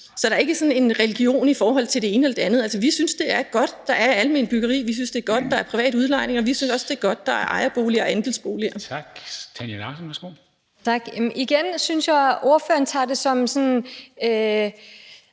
Så der er ikke sådan en religion i forhold til det ene eller det andet. Vi synes, det er godt, at der er alment byggeri. Vi synes, det er godt, at der er privat udlejning. Og vi synes også, det er godt, at der er ejerboliger og andelsboliger. Kl. 17:40 Formanden (Henrik Dam Kristensen): Tak.